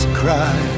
cry